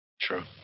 True